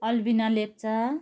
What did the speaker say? Albina Lepcha